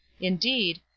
indeed